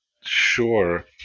sure